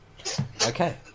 Okay